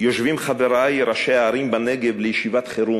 יושבים חברי ראשי הערים בנגב לישיבת חירום,